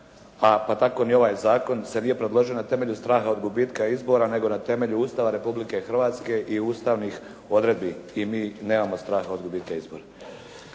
pa tako ni ovaj zakon se nije predložio na temelju straha od gubitka izbora nego na temelju Ustava Republike Hrvatske i ustavnih odredbi i mi nemamo straha od gubitka izbora.